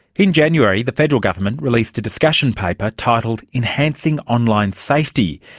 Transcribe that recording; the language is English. in january the federal government released a discussion paper titled enhancing online safety.